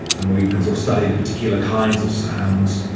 and we can sort of study the particular kinds of sounds.